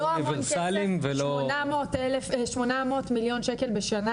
יהיו אוניברסליים ולא --- 800 מיליון שקל בשנה,